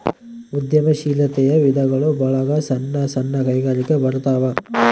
ಉದ್ಯಮ ಶೀಲಾತೆಯ ವಿಧಗಳು ಒಳಗ ಸಣ್ಣ ಸಣ್ಣ ಕೈಗಾರಿಕೆ ಬರತಾವ